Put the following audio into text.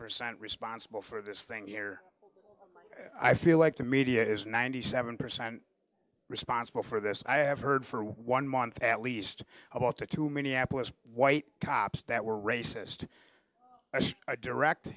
percent responsible for this thing here i feel like the media is ninety seven percent responsible for this i have heard for one month at least about the two minneapolis white cops that were racist direct